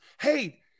Hey